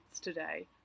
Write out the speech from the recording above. today